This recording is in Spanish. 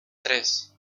tres